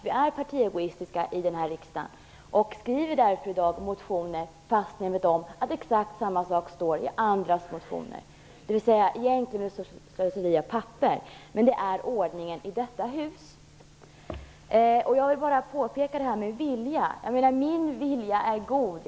Vi är partiegoistiska i den här riksdagen och väcker därför i dag motioner fast vi vet om att exakt samma sak står i andras motioner. Det är egentligen ett slöseri av papper. Men det är ordningen i detta hus. Jag vill göra ett påpekande när det gäller viljan. Min vilja är god.